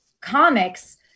comics